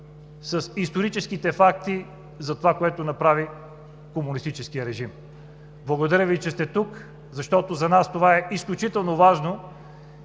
с историческите факти за това, което направи комунистическият режим. Благодаря Ви, че сте тук, защото за нас това е изключително важно.